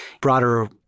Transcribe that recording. broader